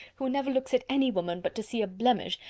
who never looks at any woman but to see a blemish,